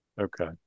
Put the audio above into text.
Okay